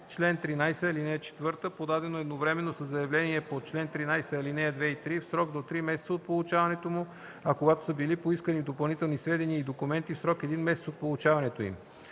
член 13, ал. 4, подадено едновременно със заявление по чл. 13, ал. 2 и 3 - в срок до три месеца от получаването му, а когато са били поискани допълнителни сведения и документи – в срок един месец от получаването им.”